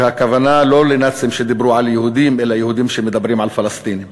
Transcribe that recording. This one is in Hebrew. והכוונה לא לנאצים שדיברו על יהודים אלא ליהודים שמדברים על פלסטינים,